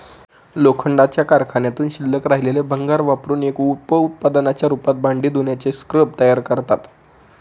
लोखंडाच्या कारखान्यातून शिल्लक राहिलेले भंगार वापरुन एक उप उत्पादनाच्या रूपात भांडी धुण्याचे स्क्रब तयार करतात